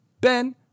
Ben